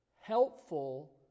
helpful